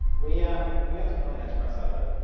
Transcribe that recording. we yeah we got some really nice press out of it.